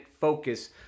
focus